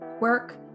work